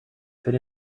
fit